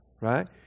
right